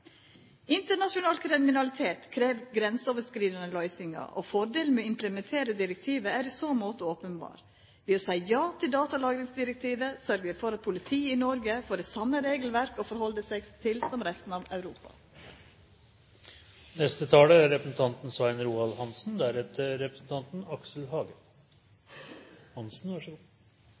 Internasjonal kriminalitet krev grenseoverskridande løysingar. Fordelen med å implementera direktivet er i så måte openberre. Ved å seia ja til datalagringsdirektivet sørgjer vi for at politiet i Noreg får det same regelverket å halda seg til som resten av